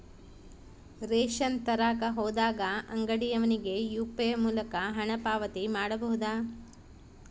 Ration ತರಕ ಹೋದಾಗ ಅಂಗಡಿಯವನಿಗೆ ಯು.ಪಿ.ಐ ಮೂಲಕ ಹಣ ಪಾವತಿ ಮಾಡಬಹುದಾ?